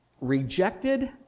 rejected